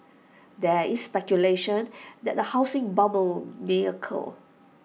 there is speculation that A housing bubble may occur